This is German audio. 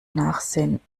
nachsehen